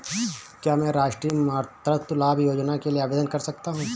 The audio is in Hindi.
क्या मैं राष्ट्रीय मातृत्व लाभ योजना के लिए आवेदन कर सकता हूँ?